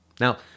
Now